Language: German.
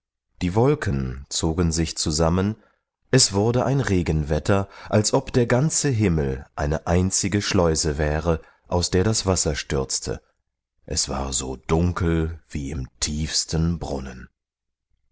die wolken zogen sich zusammen es wurde ein regenwetter als ob der ganze himmel eine einzige schleuße wäre aus der das wasser stürzte es war so dunkel wie im tiefsten brunnen